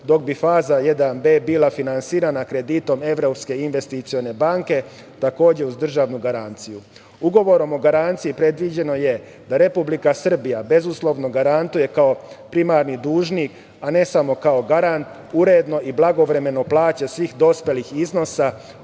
dok bi faza 1b, bila finansirana kreditom Evropske investicione banke, takođe uz državnu garanciju. Ugovorom o garanciji predviđeno je da Republika Srbija bezuslovno garantuje kao primarni dužnik, a ne samo kao garant, uredno i blagovremeno plaća svih dospelih iznosa